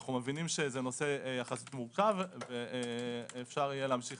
אנו מבינים שזה נושא מורכב יחסית ואפשר יהיה להמשיך